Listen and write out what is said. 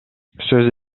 сөз